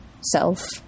self